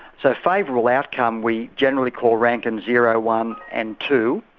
so favourable outcome we generally call rankin zero one and two,